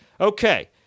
Okay